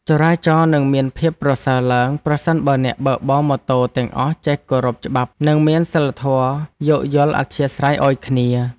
ចរាចរណ៍នឹងមានភាពប្រសើរឡើងប្រសិនបើអ្នកបើកបរម៉ូតូទាំងអស់ចេះគោរពច្បាប់និងមានសីលធម៌យោគយល់អធ្យាស្រ័យឱ្យគ្នា។